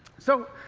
so,